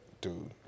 Dude